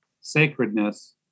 sacredness